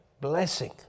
blessing